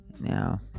Now